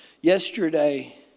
Yesterday